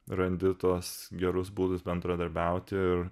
randi tuos gerus būdus bendradarbiauti ir